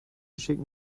schicken